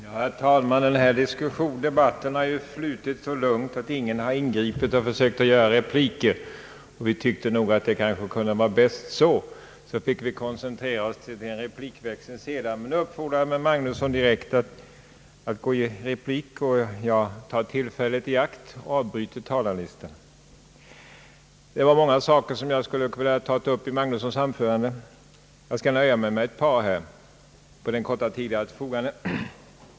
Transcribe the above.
Herr talman! Den här debatten har flutit så lugnt att ingen har ingripit med repliker. Vi har nog tyckt att det kunde vara bäst så för att koncentrera oss på en replikväxling senare. Herr Magnusson uppfordrade mig emellertid genom några direkta frågor, och jag vill därför ta tillfället i akt och avbryta talarlistan. Det är många saker i herr Magnussons anförande som jag skulle vilja ta upp, men jag skall med hänsyn till den korta tid jag har till förfogande nöja mig med ett par.